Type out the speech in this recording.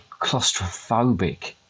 claustrophobic